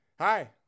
Hi